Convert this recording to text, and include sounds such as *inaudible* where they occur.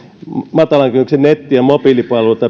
matalan kynnyksen netti ja mobiilipalveluiden *unintelligible*